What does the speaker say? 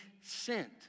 sent